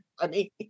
funny